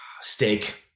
steak